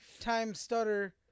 time-stutter